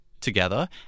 together